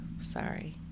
Sorry